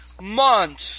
months